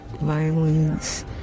violence